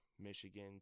Michigan